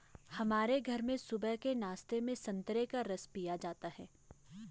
हमारे घर में सुबह के नाश्ते में संतरे का रस पिया जाता है